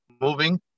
moving